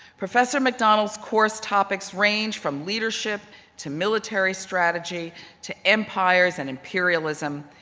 professor macdonald's course topics range from leadership to military strategy to empires and imperialism.